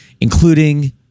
including